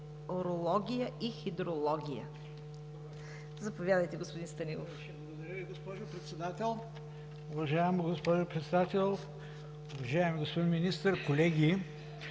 метеорология и хидрология. Заповядайте, господин Станилов.